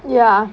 ya